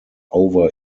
over